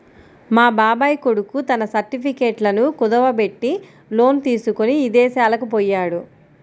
మా బాబాయ్ కొడుకు తన సర్టిఫికెట్లను కుదువబెట్టి లోను తీసుకొని ఇదేశాలకు పొయ్యాడు